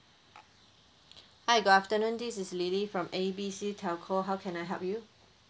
hi good afternoon this is lily from A B C telco how can I help you